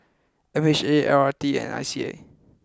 M H A L R T and I C A